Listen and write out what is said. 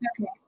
Okay